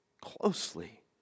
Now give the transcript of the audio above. closely